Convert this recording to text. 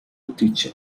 teaching